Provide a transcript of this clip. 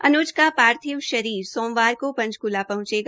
अनुज का पार्थिव शरीर सोमवार को पंचकूला पहुंचेगा